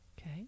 Okay